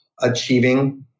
achieving